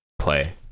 play